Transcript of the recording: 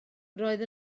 roedd